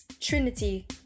Trinity